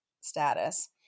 status